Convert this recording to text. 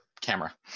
camera